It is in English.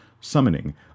summoning